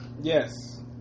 yes